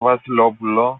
βασιλόπουλο